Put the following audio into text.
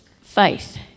faith